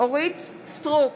אורית מלכה סטרוק,